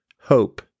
hope